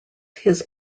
his